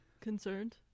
Concerned